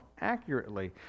accurately